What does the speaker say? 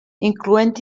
incloent